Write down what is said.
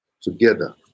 Together